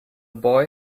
boy